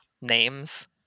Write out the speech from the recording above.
names